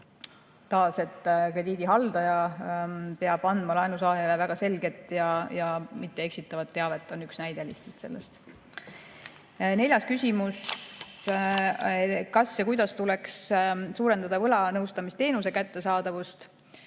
Taas, krediidihaldaja peab andma laenusaajale väga selget ja mitteeksitavat teavet. See on lihtsalt üks näide. Neljas küsimus: kas ja kuidas tuleks suurendada võlanõustamisteenuse kättesaadavust?